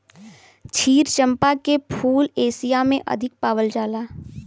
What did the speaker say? क्षीर चंपा के फूल एशिया में अधिक पावल जाला